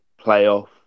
playoff